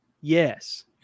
Yes